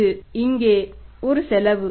இது இங்கே ஒரு செலவு